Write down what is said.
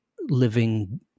living